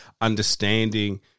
understanding